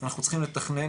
אנחנו צריכים לתכנן,